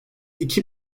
iki